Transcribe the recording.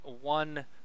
one